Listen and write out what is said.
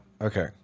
Okay